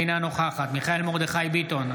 אינה נוכחת מיכאל מרדכי ביטון,